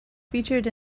featured